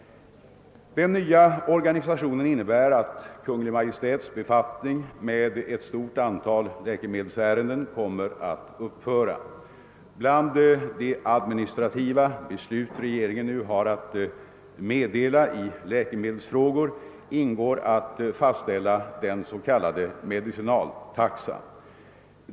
Den nya organisationen innebär att Kungl. Maj:ts befattning med ett stort antal läkemedelsärenden kommer att upphöra. Bland de administrativa beslut regeringen nu har att meddela i läkemedelsfrågor ingår att fastställa den s.k. medicinaltaxan.